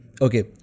okay